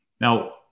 Now